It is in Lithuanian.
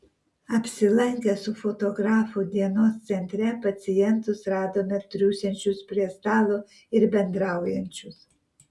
apsilankę su fotografu dienos centre pacientus radome triūsiančius prie stalo ir bendraujančius